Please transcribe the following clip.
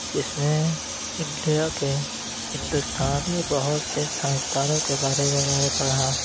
جس میں انڈیا کے ہندوستانی بہت سے سائنس دانوں کے بارے میں میں نے پڑھا